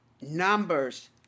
Numbers